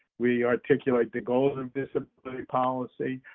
we articulate the goals of disability policy.